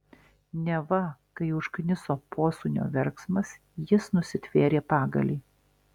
neva kai užkniso posūnio verksmas jis nusitvėrė pagalį